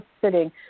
sitting